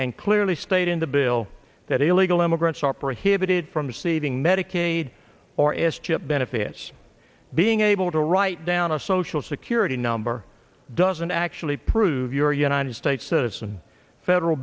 and clearly state in the bill that illegal immigrants are prohibited from ceding medicaid or s chip benefits being able to write down a social security number doesn't actually prove your united states citizen federal